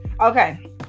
okay